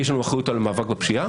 יש לנו אחריות על המאבק בפשיעה,